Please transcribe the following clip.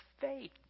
faith